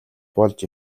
болж